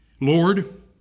Lord